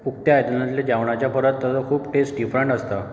उक्त्या आयदनाच्या जेवणा परस ताचो खूब टेस्ट डिफ्रंट आसता